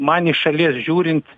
man į šalies žiūrint